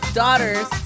daughters